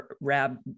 Rab